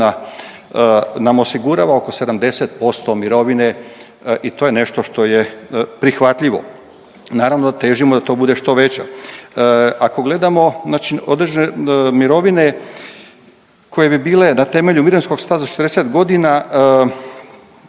nam osigurava oko 70% mirovine i to je nešto što je prihvatljivo, naravno težimo da to bude što veća. Ako gledamo znači određene mirovine koje bi bile na temelju mirovinskog staža 40.g.